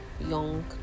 young